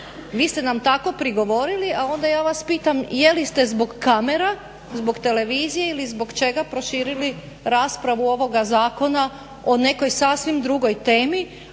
vi ste nam tako prigovorili a onda ja vas pitam je li ste zbog kamera, zbog televizije ili zbog čega proširili raspravu ovoga zakona o nekoj sasvim drugoj temi,